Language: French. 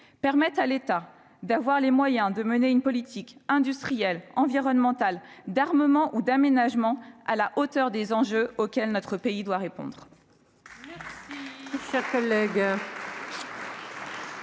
permette à l'État de mener une politique industrielle, environnementale, d'armement ou d'aménagement qui soit à la hauteur des enjeux auxquels notre pays doit répondre.